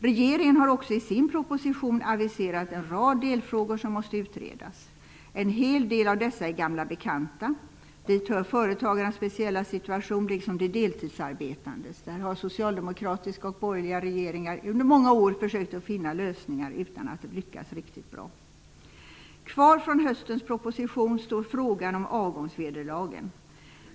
Regeringen har också i sin proposition aviserat en rad delfrågor som måste utredas. En hel del av dessa är gamla bekanta. Dit hör företagarnas speciella situation liksom de deltidsarbetandes. Socialdemokratiska och borgerliga regeringar har under många år försökt finna lösningar utan att lyckas riktigt bra. Kvar från höstens proposition står frågan om avgångsvederlagen.